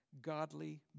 godly